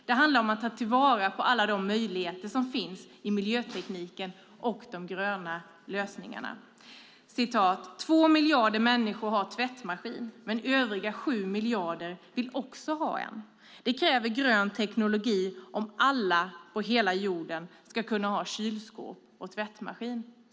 Det handlar om att ta till vara alla de möjligheter som finns i miljötekniken och de gröna lösningarna. "Två miljarder människor har tvättmaskin, men övriga sju miljarder vill också ha en. Det kräver grön teknologi om alla på hela jorden ska kunna ha kylskåp och tvättmaskin."